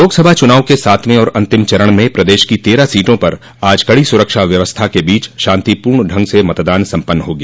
लोकसभा चुनाव के सातवें और अंतिम चरण में प्रदेश की तेरह सीटों पर आज कड़ी सुरक्षा व्यवस्था के बीच शांतिपूर्ण ढंग से मतदान सम्पन्न हो गया